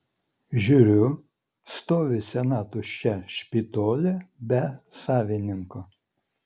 žiūriu stovi sena tuščia špitolė be savininko